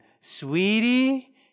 sweetie